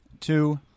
two